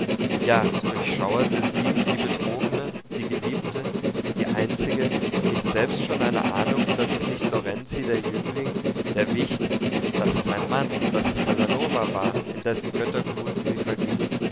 ja durchschauerte sie die betrogene die geliebte die einzige nicht selbst schon eine ahnung daß es nicht lorenzi der jüngling der wicht daß es ein mann daß es casanova war in dessen göttergluten sie verging